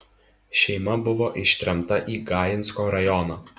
šeima buvo ištremta į gainsko rajoną